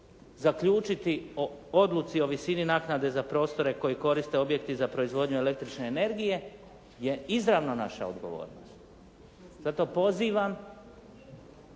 zaključiti o odluci o visini naknade za prostore koji koriste objekti za proizvodnju električne energije je izravno naša odgovornost. Zato pozivam,